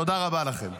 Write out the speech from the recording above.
תודה רבה לכם.